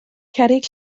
cerrig